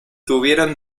tuvieron